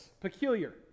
Peculiar